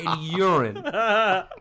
urine